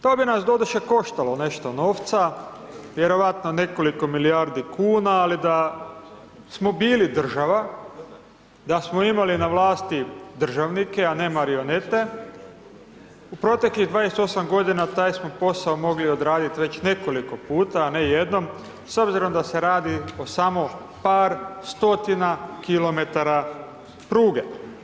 To bi nas, doduše, koštalo nešto novca, vjerojatno nekoliko milijardi kuna, ali da smo bili država, da smo imali na vlasti državnike, a ne marionete, u proteklih 28 godina taj smo posao mogli odraditi već nekoliko puta, a ne jednom s obzirom da se radi o samo par stotina kilometara pruge.